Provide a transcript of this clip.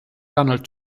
donald